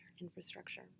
Infrastructure